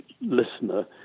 listener